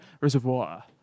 Reservoir